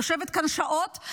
יושבת כאן שעות,